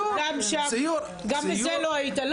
גם בזה לא היית.